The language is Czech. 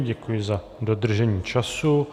Děkuji za dodržení času.